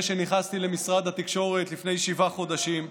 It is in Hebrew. שנכנסתי למשרד התקשורת לפני שבעה חודשים.